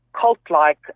cult-like